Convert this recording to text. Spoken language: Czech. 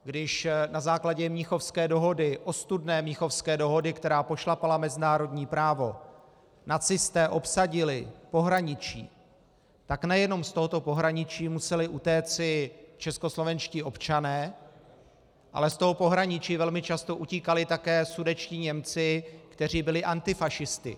Když na základě mnichovské dohody, ostudné mnichovské dohody, která pošlapala mezinárodní právo, nacisté obsadili pohraničí, tak nejenom z tohoto pohraničí museli utéci českoslovenští občané, ale z tohoto pohraničí velmi často utíkali také sudetští Němci, kteří byli antifašisty.